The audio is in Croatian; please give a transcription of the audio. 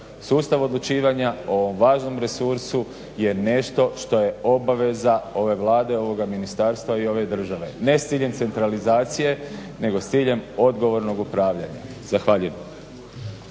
Sustav odlučivanja o ovom važnom resursu je nešto što je obaveza ove Vlade, ovoga Ministarstva i ove države, ne s ciljem centralizacije nego s ciljem odgovornog upravljanja. Zahvaljujem.